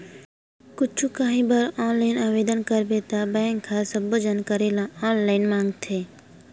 कुछु काही बर ऑनलाईन आवेदन करबे त बेंक ह सब्बो जानकारी ल ऑनलाईन मांगथे